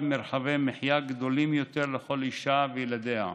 מרחבי מחיה גדולים יותר לכל אישה וילדיה.